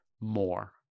more